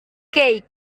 keik